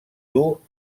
dur